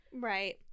right